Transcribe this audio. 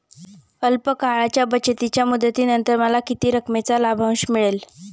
अल्प काळाच्या बचतीच्या मुदतीनंतर मला किती रकमेचा लाभांश मिळेल?